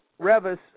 Revis